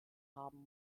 haben